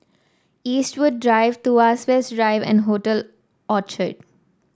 Eastwood Drive Tuas West Drive and Hotel Orchard